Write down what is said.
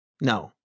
No